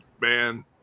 Man